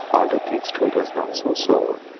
although keith's throat was not so sore,